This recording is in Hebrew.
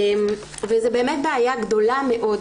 וזו באמת בעיה גדולה מאוד.